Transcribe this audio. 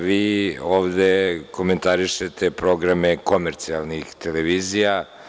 Vi ovde komentarišete programe komercijalnih televizija.